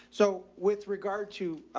so with regard to